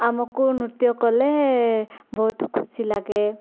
ଆମକୁ ନୃତ୍ୟ କଲେ ବହୁତ ଖୁସି ଲାଗେ